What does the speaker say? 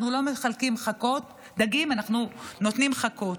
אנחנו לא מחלקים דגים, אנחנו נותנים חכות.